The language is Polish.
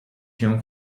się